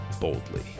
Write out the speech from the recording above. boldly